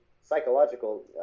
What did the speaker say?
psychological